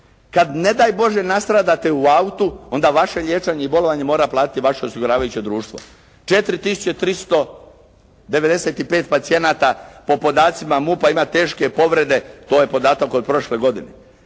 Kada ne daj Bože nastradate u autu onda vaše liječenje i bolovanje mora platiti vaše osiguravajuće društvo. 4395 pacijenata po podacima MUP-a ima teške povrede, to je podatak od prošle godine.